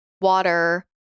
water